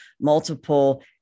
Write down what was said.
multiple